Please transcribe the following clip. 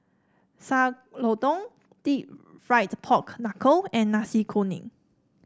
Sayur Lodeh deep fried Pork Knuckle and Nasi Kuning